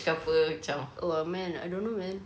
!wah! man I don't know man